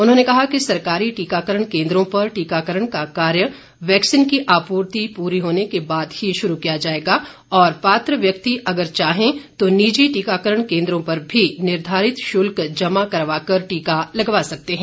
उन्होंने कहा कि सरकारी टीकाकरण केंद्रों पर टीकाकरण का कार्य वैक्सीन की आपूर्ति पूरी होने के बाद ही शुरू किया जाएगा और पात्र व्यक्ति अगर चाहें तो निजी टीकाकरण केंद्रों पर भी निर्धारित शुल्क जमा करवा कर टीका लगवा सकते हैं